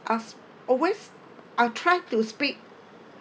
ask always I try to speak